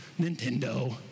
Nintendo